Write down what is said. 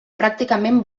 pràcticament